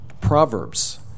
Proverbs